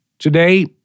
Today